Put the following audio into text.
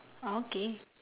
okay